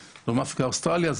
אוסטרליה,